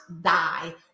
die